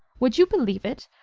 would you believe it?